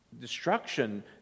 Destruction